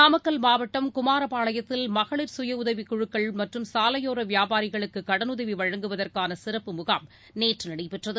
நாமக்கல் மாவட்டம் குமாரபாளையத்தில் மகளிர் சுயடதவிகுழுக்கள் மற்றும் சாலையோரவியாபாரிகளுக்குகடனுதவிவழங்குவதற்கானசிறப்பு முகாம் நேற்றுநடைபெற்றது